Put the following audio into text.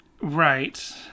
Right